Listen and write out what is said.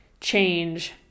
change